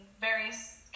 various